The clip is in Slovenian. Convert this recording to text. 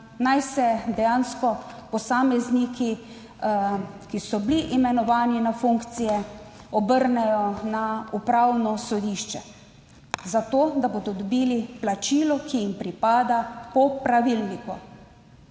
naj se dejansko posamezniki, ki so bili imenovani na funkcije, obrnejo na Upravno sodišče zato, da bodo dobili plačilo, ki jim pripada po pravilniku.